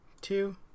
two